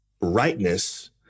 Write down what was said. rightness